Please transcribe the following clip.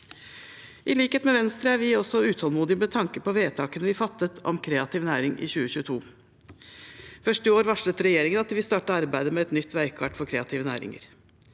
I likhet med Venstre er vi også utålmodige med tanke på vedtakene vi fattet om kreativ næring i 2022. Først i år varslet regjeringen at de vil starte arbeidet med et nytt veikart for kreative næringer.